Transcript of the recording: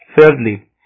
Thirdly